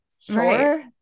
Sure